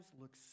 look